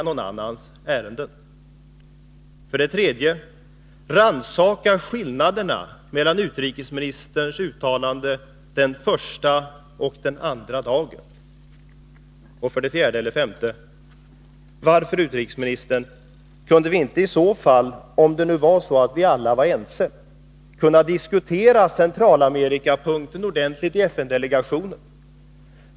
Herr talman! Till utrikesministern några råd. För det första: Läs Kvällspostens referat av den egna presskonferensen! För det andra: Be om ursäkt för insinuationen att moderaterna skulle gå någon annans ärenden. För det tredje: Undersök skillnaden mellan utrikesministerns uttalande den första och den andra dagen. Varför kunde vi inte, herr utrikesminister, om det nu var så att alla var ense, diskutera Centralamerikapunkten ordentligt i FN-delegationen?